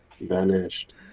Vanished